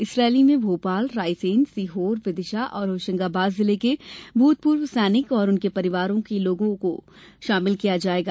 इस रैली में भोपाल रायसेन सीहोर विदिशा और होशंगाबाद जिले के भूतपूर्व सैनिक और उनके परिवार के लोग भाग ले सकते हैं